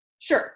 Sure